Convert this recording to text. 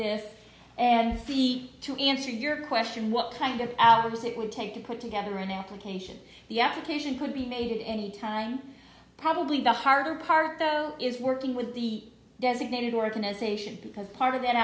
this and see to answer your question what kind of because it would take a quick together an application the application could be made at any time probably the hardest part though is working with the designated organization because part of that